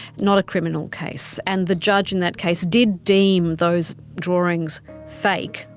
not a criminal case, and the judge in that case did deem those drawings fake.